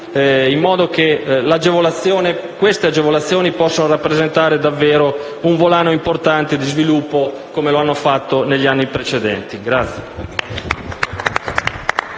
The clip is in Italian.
in modo che queste agevolazioni possano rappresentare davvero un volano importante di sviluppo, com'è avvenuto negli anni precedenti.